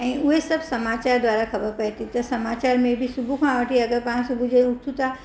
ऐं उहे सभु समाचार द्वारा ख़बर पए थी समाचारनि में बि सुबूह खां वठी अगरि तव्हां सुबूह जो उथो था